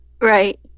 Right